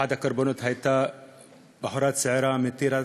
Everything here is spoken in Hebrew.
אחת הקורבנות הייתה בחורה צעירה מטירה,